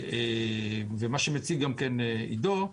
ומה שמציג גם עידו,